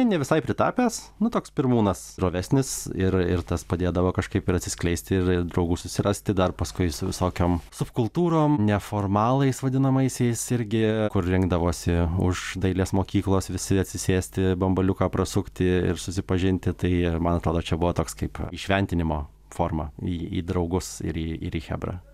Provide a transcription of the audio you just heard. ne visai pritapęs nu toks pirmūnas drovesnis ir ir tas padėdavo kažkaip ir atsiskleisti ir ir draugų susirasti dar paskui su visokiom subkultūrom neformalais vadinamaisiais irgi kur rinkdavosi už dailės mokyklos visi atsisėsti bambaliuką prasukti ir susipažinti tai man atrodo čia buvo toks kaip įšventinimo forma į į draugus ir į ir į chebrą